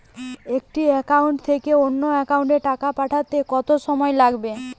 একটি একাউন্ট থেকে অন্য একাউন্টে টাকা পাঠাতে কত সময় লাগে?